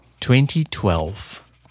2012